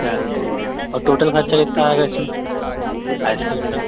चलो ठीक है और टोटल ख़र्चा कितना आएगा इसमें आइस क्रीम का